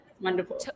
wonderful